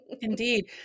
Indeed